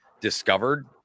discovered